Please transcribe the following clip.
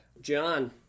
John